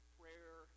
prayer